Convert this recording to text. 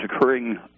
occurring